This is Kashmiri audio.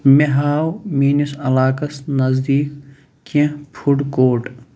مےٚ ہاو میٛٲنِس علاقس نزدیٖک کیٚنٛہہ فُڈ کوٹ